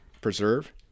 preserve